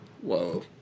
Whoa